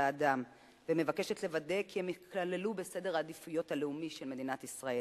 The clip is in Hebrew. האדם ומבקשת לוודא שהן ייכללו בסדר העדיפויות הלאומי של מדינת ישראל.